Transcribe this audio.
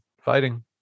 fighting